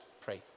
pray